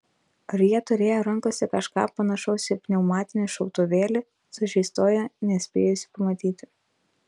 ar jie turėjo rankose kažką panašaus į pneumatinį šautuvėlį sužeistoji nespėjusi pamatyti